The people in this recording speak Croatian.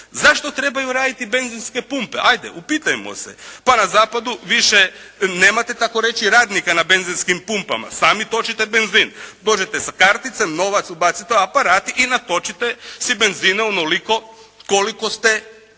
Zašto trebaju raditi benzinske pumpe, ajde upitajmo se. Pa na zapadu više nemate takoreći radnika na benzinskim pumpama, sami točite benzin. Dođete sa karticom, novac ubacite u aparat i natočite si benzina onoliko koliko ste